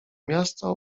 miasto